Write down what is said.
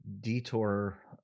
detour